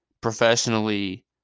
professionally